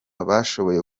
bashoboye